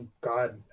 god